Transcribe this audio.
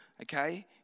okay